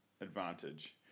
advantage